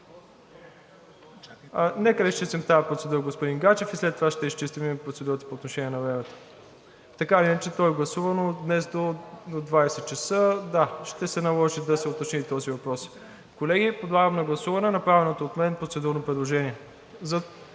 Нека да изчистим тази процедура, господин Гаджев, и след това ще изчистим и процедурата по отношение на времето. Така или иначе то е гласувано днес до 20,00 ч. Ще се наложи да се уточни този въпрос. Колеги, подлагам на гласуване направеното от мен процедурно предложение